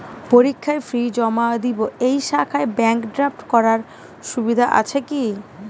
পরীক্ষার ফি জমা দিব এই শাখায় ব্যাংক ড্রাফট করার সুবিধা আছে কি?